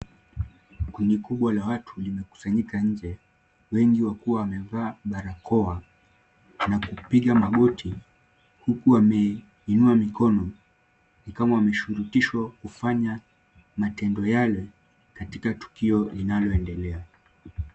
Kundi kubwa la watu wamekusanyika nje wengi wamevaa barakoa na kupiga magoti uku wameinua mkono ni kama msurutisho wa kufanya matendo yale katika tukio inayoendelea.